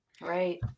Right